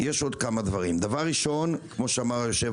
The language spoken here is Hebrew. יש עוד כמה דברים: הדבר הראשון הוא להוציא